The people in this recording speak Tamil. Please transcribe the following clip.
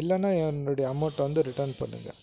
இல்லைன்னா என்னுடைய அமோன்டடை வந்து ரிட்டன் பண்ணுங்கள்